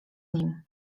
nim